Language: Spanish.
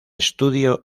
estudio